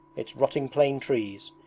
its rotting plane trees,